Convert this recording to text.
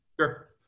Sure